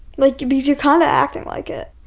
like, because you're kind of acting like it.